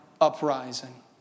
uprising